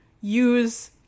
use